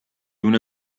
una